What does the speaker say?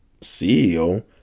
CEO